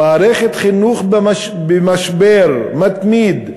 מערכת חינוך במשבר מתמיד,